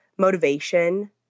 motivation